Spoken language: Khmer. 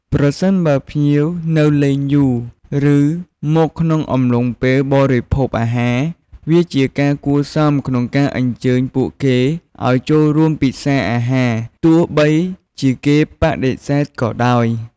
ប្រសិនបើភ្ញៀវនៅលេងយូរ ឬ មកក្នុងអំឡុងពេលបរិភោគអាហារ វាជាការគួរសមក្នុងការអញ្ជើញពួកគេឱ្យចូលរួមពិសាអាហារ ទោះបីជាគេបដិសេធក៏ដោយ។